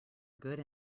good